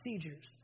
procedures